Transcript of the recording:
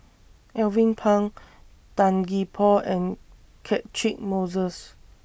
Alvin Pang Tan Gee Paw and Catchick Moses